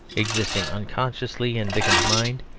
existing unconsciously in dickens's mind,